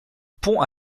pont